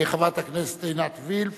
חברת הכנסת עינת וילף,